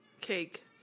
Cake